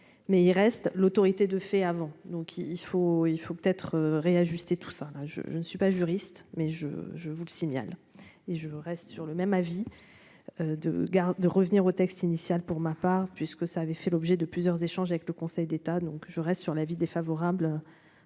mais il reste l'autorité de fait avant, donc il faut il faut être réajustés tout ça là je je ne suis pas juriste mais je, je vous le signale et je reste sur le même avis. De gare de revenir au texte initial, pour ma part puisque ça avait fait l'objet de plusieurs échanges avec le conseil d'état, donc je reste sur l'avis défavorable.